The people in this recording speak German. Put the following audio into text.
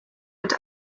mit